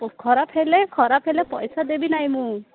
ଖରାପ ହେଲେ ଖରାପ ହେଲେ ପଇସା ଦେବି ନାହିଁ ମୁଁ